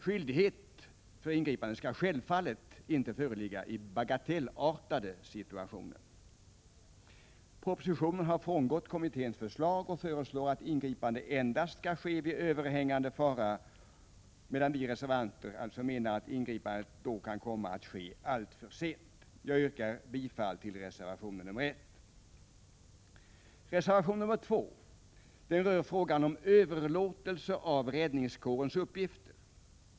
Skyldighet för ingripande skall självfallet inte föreligga i bagatellartade situationer. Propositionen har frångått kommitténs förslag och föreslår att ingripande endast skall ske vid ”överhängande fara”. Vi reservanter menar alltså att ingripande kan komma att ske alltför sent. Jag yrkar bifall till reservation 1. Reservation 2 rör frågan om överlåtelse av räddningskårens uppgifter.